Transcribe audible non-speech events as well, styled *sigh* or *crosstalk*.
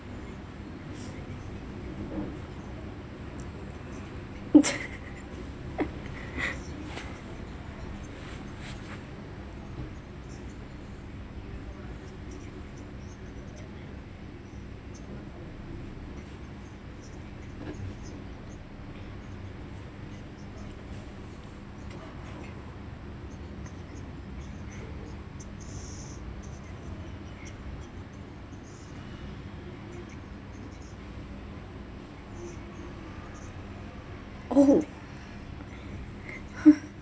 *laughs* !ow! !huh!